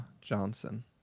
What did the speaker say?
Johnson